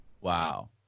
Wow